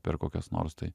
per kokias nors tai